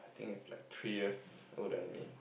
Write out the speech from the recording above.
I think it's like three years ago than me